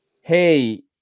hey